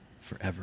forever